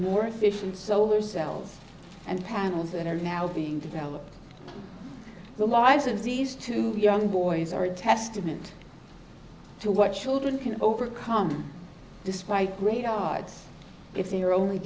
more efficient solar cells and panels that are now being developed the lives of these two young boys are a testament to what children can overcome despite great odds if they are only